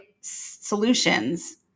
solutions